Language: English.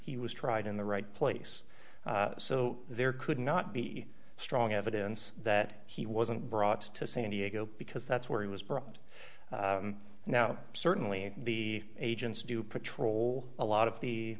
he was tried in the right place so there could not be strong evidence that he wasn't brought to san diego because that's where he was brought and now certainly the agents do patrol a lot of the